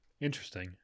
interesting